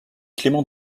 clément